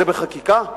זה בחקיקה?